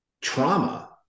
trauma